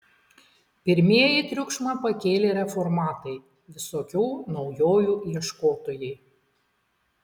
pirmieji triukšmą pakėlė reformatai visokių naujovių ieškotojai